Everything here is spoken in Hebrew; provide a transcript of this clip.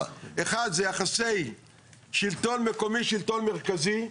יחסי שלטון מקומי, שלטון מרכזי.